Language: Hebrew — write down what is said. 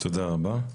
תודה רבה.